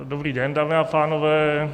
Dobrý den, dámy a pánové.